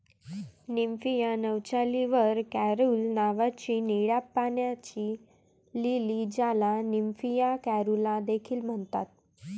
Nymphaea nouchali var caerulea नावाची निळ्या पाण्याची लिली, ज्याला निम्फिया कॅरुला देखील म्हणतात